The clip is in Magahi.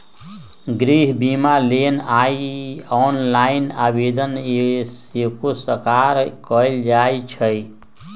गृह बिमा लेल ऑनलाइन आवेदन सेहो सकार कएल जाइ छइ